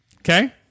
Okay